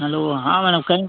hello हाँ madam कहें